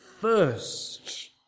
first